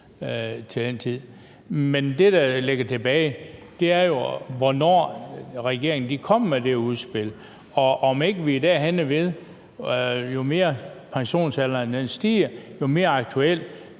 i 2035. Men det, der står tilbage, er, hvornår regeringen kommer med det udspil, og om ikke vi er derhenne ved, at jo mere, pensionsalderen stiger, jo mere aktuelt